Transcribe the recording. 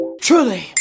Truly